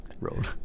road